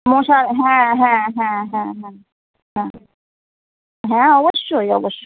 মশার হ্যাঁ হ্যাঁ হ্যাঁ হ্যাঁ হ্যাঁ হ্যাঁ হ্যাঁ অবশ্যই অবশ্যই